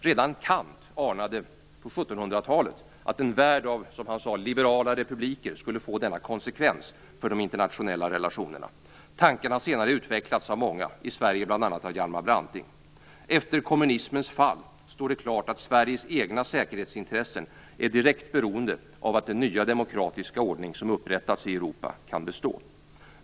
Redan Kant anade på 1700-talet att, som han sade, en värld av liberala republiker skulle få denna konsekvens i fråga om de internationella relationerna. Tanken har senare utvecklats av många, i Sverige bl.a. av Hjalmar Branting. Efter kommunismens fall står det klart att Sveriges egna säkerhetsintressen är direkt beroende av att den nya demokratiska ordning som har upprättats i Europa kan bestå.